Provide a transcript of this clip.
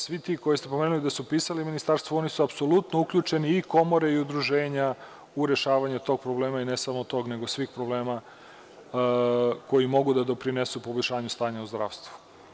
Svi ti koje ste pomenuli da su pisali Ministarstvu, oni su apsolutno uključeni i komore, i udruženja u rešavanje tog problema i ne samo tog, nego svih problema koji mogu da doprinesu poboljšanju stanja u zdravstvu.